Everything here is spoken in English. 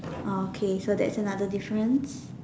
orh okay so that's another difference